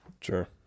Sure